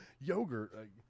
yogurt